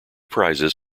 prizes